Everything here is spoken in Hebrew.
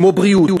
כמו בריאות,